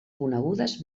conegudes